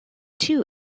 two